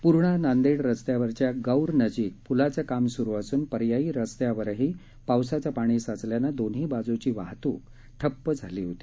पूर्णा नांदही रस्त्यावरच्या गौर नजीक पुलाचं काम सुरु असून पर्यायी रस्त्यावरही पावसाचं पाणी साचल्यानं दोन्ही बाजूची वाहतूक ठप्प झाली होती